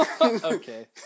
Okay